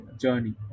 journey